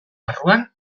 barruan